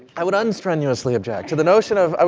i would unstrenuously object to the notion of, of,